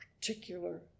particular